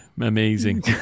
amazing